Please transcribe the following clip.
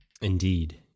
Indeed